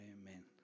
Amen